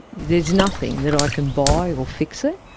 there's nothing that i can buy or fix it.